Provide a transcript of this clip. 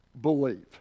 believe